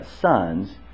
sons